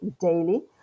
daily